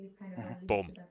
boom